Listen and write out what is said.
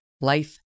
Life